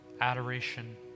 adoration